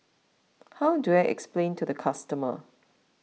how do I explain to the customer